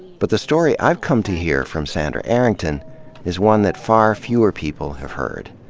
but the story i've come to hear from sandra arrington is one that far fewer people have heard.